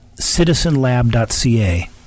citizenlab.ca